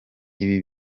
ibi